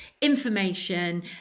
information